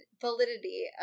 validity